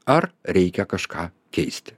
ar reikia kažką keisti